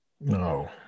No